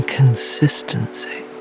consistency